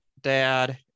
dad